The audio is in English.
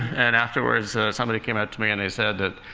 and afterwards somebody came up to me and they said that